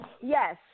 Yes